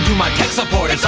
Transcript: my tech support